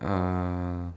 uh